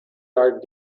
art